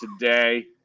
today